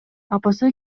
апасы